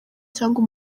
cyangwa